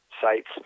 sites